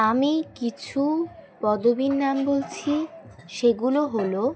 আমি কিছু পদবীর নাম বলছি সেগুলো হলো